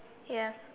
yes